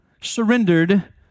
surrendered